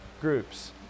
groups